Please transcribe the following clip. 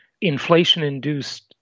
inflation-induced